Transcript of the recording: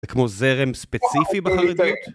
זה כמו זרם ספציפי בחרידות?